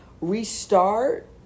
restart